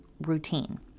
routine